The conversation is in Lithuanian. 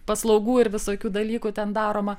paslaugų ir visokių dalykų ten daroma